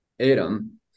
Adam